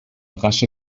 rasche